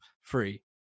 free